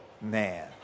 Man